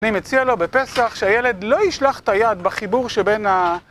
אני מציע לו בפסח שהילד לא ישלח את היד בחיבור שבין ה...